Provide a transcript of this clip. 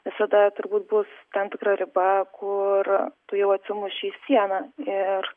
visada turbūt bus tam tikra riba kur tu jau atsimuši į sieną ir